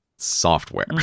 software